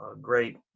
great